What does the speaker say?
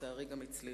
ולצערי גם הצליחו,